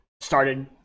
started